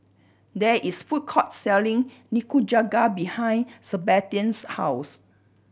there is a food court selling Nikujaga behind Sabastian's house